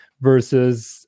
versus